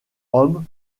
hommes